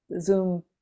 Zoom